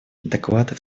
доклады